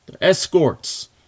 escorts